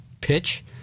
pitch